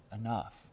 enough